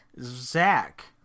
Zach